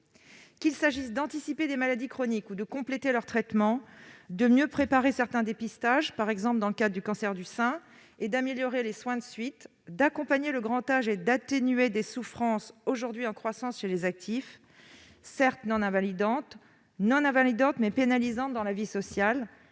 Qu'il s'agisse d'anticiper des maladies chroniques ou de compléter leur traitement, de mieux préparer certains dépistages, comme celui du cancer du sein, et d'améliorer les soins de suite, d'accompagner le grand âge et d'atténuer des souffrances aujourd'hui en croissance chez les actifs, certes non invalidantes, mais pénalisantes dans la vie sociale-